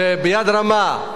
שביד רמה,